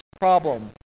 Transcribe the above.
problem